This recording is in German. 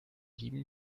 dieben